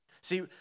See